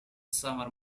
summer